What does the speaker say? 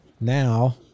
now